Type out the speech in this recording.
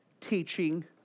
teaching